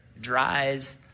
dries